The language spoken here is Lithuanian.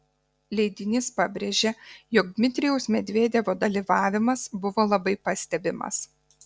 leidinys pabrėžia jog dmitrijaus medvedevo dalyvavimas buvo labai pastebimas